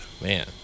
Man